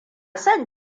son